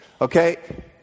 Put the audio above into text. Okay